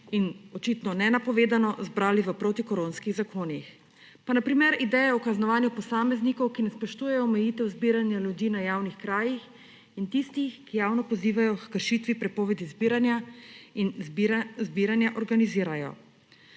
in očitno nenapovedano zbrali ob protikoronskih zakonih. Pa na primer ideja o kaznovanju posameznikov, ki ne spoštujejo omejitev zbiranja ljudi na javnih krajih, in tistih, ki javno pozivajo h kršitvi prepovedi zbiranja in zbiranja organizirajo.